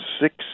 six